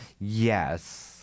Yes